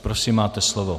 Prosím, máte slovo.